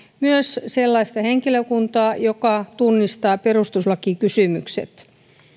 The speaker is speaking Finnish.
myös sellaista henkilökuntaa joka tunnistaa perustuslakikysymykset